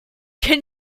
can